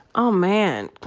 oh man.